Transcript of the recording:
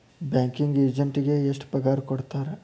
Banking ಎಜೆಂಟಿಗೆ ಎಷ್ಟ್ ಪಗಾರ್ ಕೊಡ್ತಾರ್?